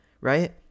right